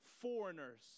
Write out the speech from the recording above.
foreigners